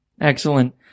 Excellent